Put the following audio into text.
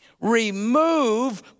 remove